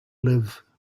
live